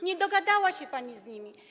Nie dogadała się pani z nimi.